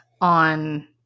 on